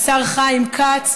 השר חיים כץ,